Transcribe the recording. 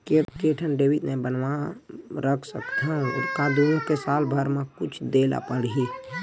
के ठन डेबिट मैं बनवा रख सकथव? का दुनो के साल भर मा कुछ दे ला पड़ही?